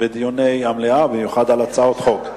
בדיוני המליאה, במיוחד על הצעות חוק.